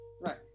Right